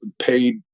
paid